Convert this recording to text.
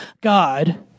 God